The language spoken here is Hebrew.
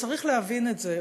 צריך להבין את זה,